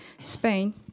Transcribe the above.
Spain